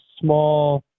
small